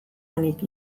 onik